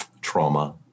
trauma